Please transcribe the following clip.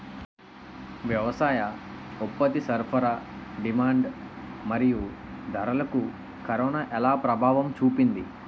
వ్యవసాయ ఉత్పత్తి సరఫరా డిమాండ్ మరియు ధరలకు కరోనా ఎలా ప్రభావం చూపింది